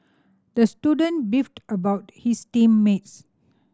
the student beefed about his team mates